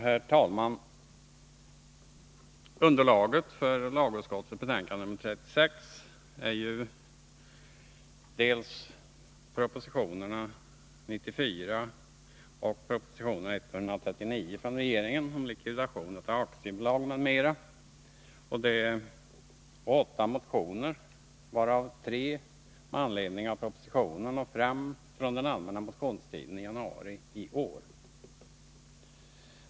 Herr talman! Underlaget för lagutskottets betänkande nr 36 är ju dels proposition 94, dels proposition nr 139 om likvidation av aktiebolag m.m. och 8 motioner, varav 3 med anledning av proposition 139 och 5 från den allmänna motionstiden i januari i år.